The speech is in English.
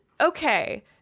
okay